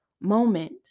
moment